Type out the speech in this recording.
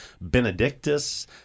Benedictus